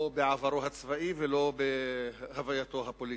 לא בעברו הצבאי ולא בהווייתו הפוליטית,